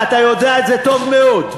ואתה יודע את זה טוב מאוד.